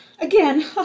again